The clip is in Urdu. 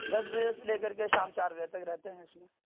دس بجے سے لے کر کے شام چار بجے تک رہتے ہیں اس میں